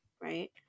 right